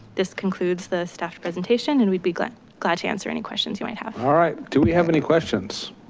this concludes the staff presentation and we'd be glad glad to answer any questions you might have. all right, do we have any questions?